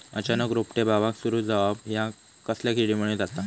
अचानक रोपटे बावाक सुरू जवाप हया कसल्या किडीमुळे जाता?